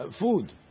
food